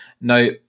now